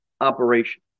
operation